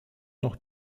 noch